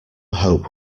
hope